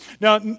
Now